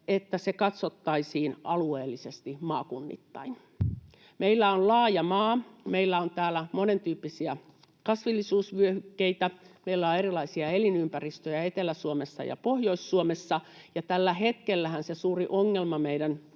niin se katsottaisiin alueellisesti maakunnittain. Meillä on laaja maa, meillä on täällä monentyyppisiä kasvillisuusvyöhykkeitä, meillä on erilaisia elinympäristöjä Etelä-Suomessa ja Pohjois-Suomessa, ja tällä hetkellähän se suurin ongelma meidän